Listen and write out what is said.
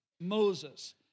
Moses